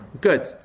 Good